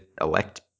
elect